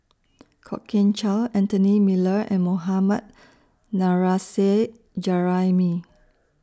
Kwok Kian Chow Anthony Miller and Mohammad Nurrasyid Juraimi